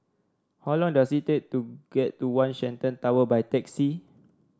how long does it take to get to One Shenton Tower by taxi